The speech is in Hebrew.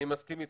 הנשיא השני,